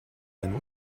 einen